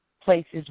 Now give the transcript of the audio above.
places